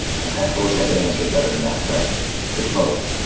i wish i could answer it better than that, but it's both.